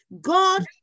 God